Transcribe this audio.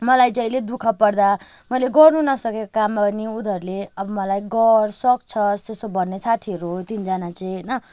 मलाई जहिले दुःख पर्दा मैले गर्नु नसकेको कामहरू पनि उनीहरूले अब मलाई गर सक्छस् त्यसो भन्ने साथीहरू हो तिनजना चाहिँ होइन